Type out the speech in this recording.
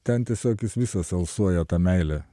ten tiesiog jis visas alsuoja ta meile